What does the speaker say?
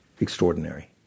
extraordinary